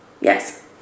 Yes